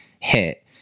hit